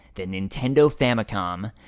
the nintendo famicom.